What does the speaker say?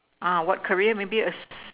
ah what career maybe as